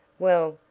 well,